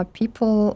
people